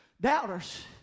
doubters